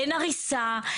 אין הריסה,